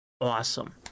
awesome